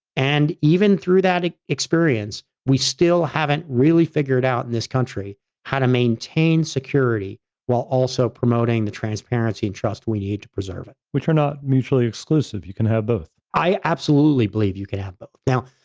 and even through that experience, we still haven't really figured out in this country how to maintain security while also promoting the transparency and trust we need to preserve it. which are not mutually exclusive. you can have both. i absolutely believe you can have both. now,